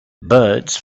birds